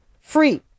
Free